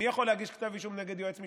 מי יכול להגיש כתב אישום נגד יועץ משפטי?